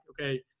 okay